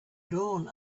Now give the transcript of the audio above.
drawn